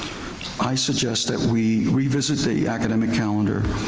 i suggest that we revisit the academic calendar